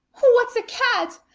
what's a cat?